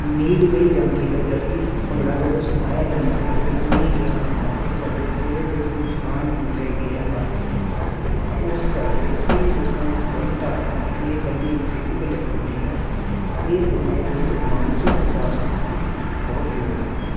need ਕਹੀ ਜਾਂਦੀ ਹੈ ਜਦੋਂ ਕਿ ਭੰਗੜਾ ਜਦੋਂ ਸਿਖਾਇਆ ਜਾਂਦਾ ਹੈ ਤਾਂ ਉਹਨਾਂ ਨੂੰ ਇਹ ਕਿਹਾ ਜਾਂਦਾ ਹੈ ਕਿ ਤੁਹਾਡੇ ਚਿਹਰੇ 'ਤੇ ਇੱਕ ਮੁਸਕਾਨ ਹੋਣੀ ਚਾਹੀਦੀ ਹੈ ਹਰ ਵੇਲੇ ਅਤੇ ਉਸ ਕਰਕੇ ਇਹ ਲੋਕਾਂ ਵਿੱਚ ਗਲਤ ਧਾਰਨਾ ਹੈ ਕਿ ਇਹ ਇਕੱਲੀ ਇੱਕ ਫਿਜੀਕਲ ਐਕਟੀਵਿਟੀ ਹੈ ਇਹ ਬੰਦਿਆਂ ਦੇ ਮਾਨਸਿਕ ਵਿਕਾਸ ਵਿੱਚ ਵੀ ਬਹੁਤ ਯੋਗਦਾਨ ਪਾਉਂਦੀ